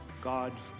God's